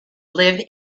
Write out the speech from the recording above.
live